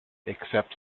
except